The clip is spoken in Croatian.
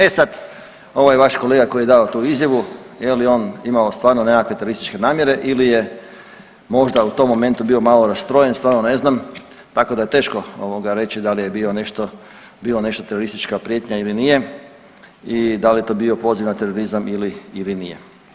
E sad ovaj vaš kolega koji je dao tu izjavu, je li on imao stvarno nekakve terorističke namjere ili je možda u tom momentu bio malo rastrojen, stvarno ne znam tako da je teško reći da li je bilo nešto teroristička prijetnja ili nije i da li je to bio poziv na terorizam ili nije.